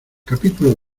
capítulo